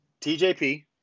TJP